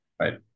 Right